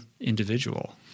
individual